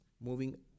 moving